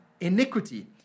iniquity